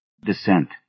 descent